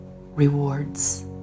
rewards